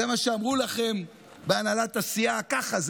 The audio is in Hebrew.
זה מה שאמרו לכם בהנהלת הסיעה: ככה זה,